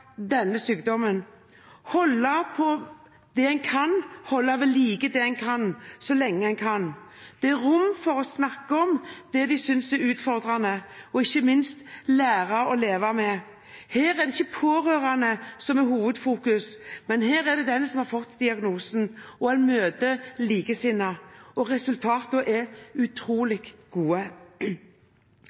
denne sykdommen, holde på det en kan, holde ved like det en kan, så lenge en kan. Det er rom for å snakke om det de synes er utfordrende, og ikke minst lære å leve med det. Her er det ikke pårørende som er hovedfokuset, men den som har fått diagnosen. En møter likesinnede, og resultatene er utrolig gode.